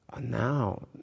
now